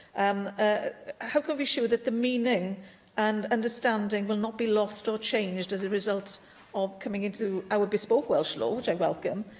um ah how can we be sure that the meaning and understanding will not be lost or changed as a result of coming into our bespoke welsh law, which i welcome?